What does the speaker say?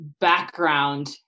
background